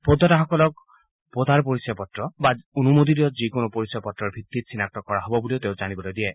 ভোটদাতাসকলক ভোটাৰ পৰিচয় পত্ৰ বা যিকোনো অনুমোদিত পৰিচয় পত্ৰৰ ভিত্তিত চিনাক্ত কৰা হ'ব বুলিও তেওঁ জানিবলৈ দিয়ে